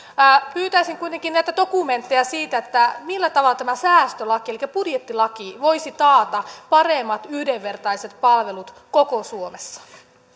pyytäisin kuitenkin dokumentteja siitä millä tavalla tämä säästölaki elikkä budjettilaki voisi taata paremmat yhdenvertaiset palvelut koko suomessa